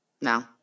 No